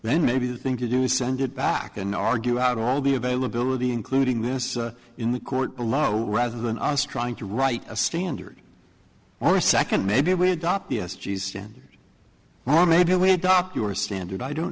then maybe the thing to do send it back and argue out all the availability including this in the court below rather than us trying to write a standard or second maybe we adopt the s g standard law maybe we adopt your standard i don't